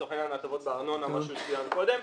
לעניין ההטבות בארנונה כפי שצוין קודם.